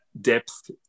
depth